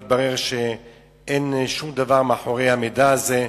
התברר שאין שום דבר מאחורי המידע הזה.